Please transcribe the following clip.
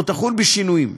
או תחול בשינויים,